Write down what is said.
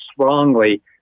strongly